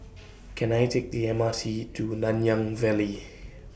Can I Take The M R T to Nanyang Valley